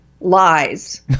lies